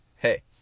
Hey